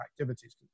activities